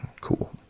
cool